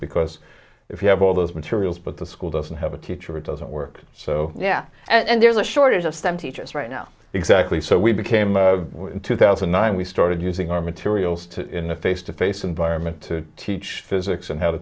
because if you have all those materials but the school doesn't have a teacher it doesn't work so yeah and there's a shortage of stem teachers right now exactly so we became in two thousand and nine we started using our materials to in the face to face environment to teach physics and how to